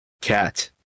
Cat